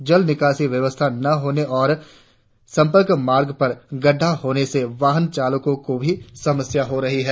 जल निकासी व्यवस्था न होने और संपर्क मार्गों पर गड़डा होने से वाहन चालकों को भी समस्या हो रही है